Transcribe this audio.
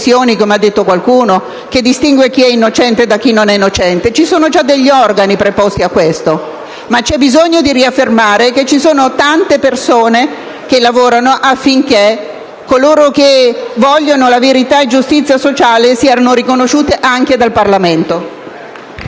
come ha detto qualcuno - che distinguano chi è innocente da chi non lo è (ci sono già degli organi a ciò preposti), mentre c'è bisogno di riaffermare che ci sono tante persone che lavorano affinché coloro che vogliono verità e giustizia sociale siano riconosciuti anche dal Parlamento.